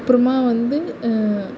அப்புறமாக வந்து